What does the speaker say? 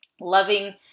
loving